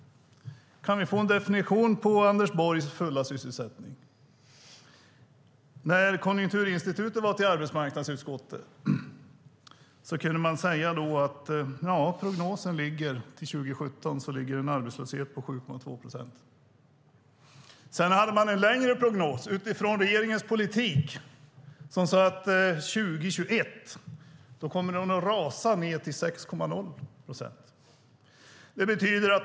Kan vi få en definition på Anders Borgs fulla sysselsättning? När Konjunkturinstitutet var hos arbetsmarknadsutskottet kunde man säga att prognosen för 2017 är en arbetslöshet på 7,2 procent. Sedan hade man en längre prognos utifrån regeringens politik som sade att arbetslösheten till 2021 kommer att rasa ned till 6,0 procent.